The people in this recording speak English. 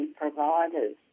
providers